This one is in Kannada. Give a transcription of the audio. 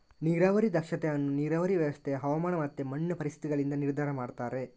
ನೀರಾವರಿ ದಕ್ಷತೆ ಅನ್ನು ನೀರಾವರಿ ವ್ಯವಸ್ಥೆ, ಹವಾಮಾನ ಮತ್ತೆ ಮಣ್ಣಿನ ಪರಿಸ್ಥಿತಿಗಳಿಂದ ನಿರ್ಧಾರ ಮಾಡ್ತಾರೆ